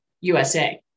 USA